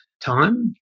time